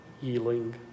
healing